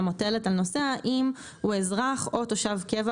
המוטלת על נוסע אם הוא אזרח או תושב קבע